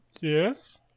Yes